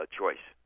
choice